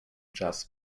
jazz